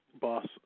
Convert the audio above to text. boss